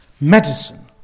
Medicine